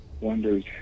wonders